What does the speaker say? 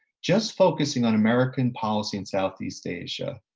just focusing on american policy in southeast asia,